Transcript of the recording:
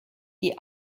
die